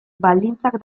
baldintzak